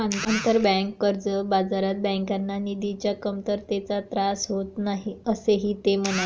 आंतरबँक कर्ज बाजारात बँकांना निधीच्या कमतरतेचा त्रास होत नाही, असेही ते म्हणाले